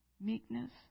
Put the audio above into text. meekness